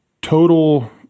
total